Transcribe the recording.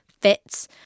fits